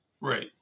Right